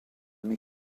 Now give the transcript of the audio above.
mes